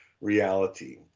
reality